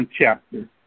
chapter